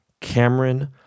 Cameron